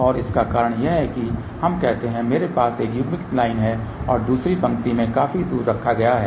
और इसका कारण यह है कि हम कहते हैं कि मेरे पास एक युग्मित लाइन है और दूसरी पंक्ति को काफी दूर रखा गया है